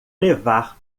levar